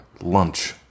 lunch